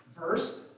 Verse